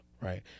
Right